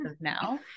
now